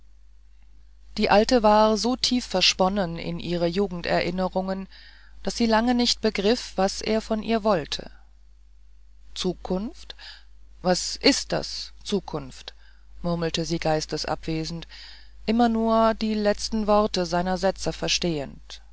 die alte war so tief versponnen in ihre jugenderinnerungen daß sie lange nicht begriff was er von ihr wollte zukunft was ist das zukunft murmelte sie geistesabwesend immer nur die letzten worte seiner sätze verstehend